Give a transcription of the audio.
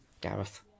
Gareth